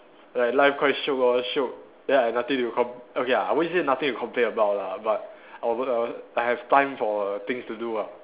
like life quite shiok orh shiok then I have nothing to com~ okay ya I won't say nothing to complain about lah but I'm gonna I have time for things to do ah